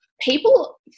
people